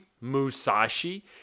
musashi